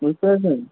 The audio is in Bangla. বুঝতে পেরেছেন